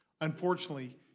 Unfortunately